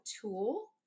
tool